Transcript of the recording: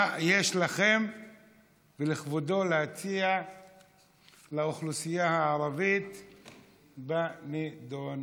מה יש לכם ולכבודו להציע לאוכלוסייה הערבית בנדון?